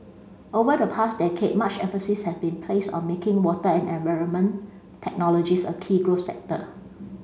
over the past decade much emphasis has been placed on making water and environment technologies a key growth sector